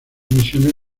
misiones